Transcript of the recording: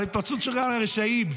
על ההתפרצות שלך על הרשעים.